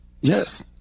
Yes